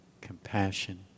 compassion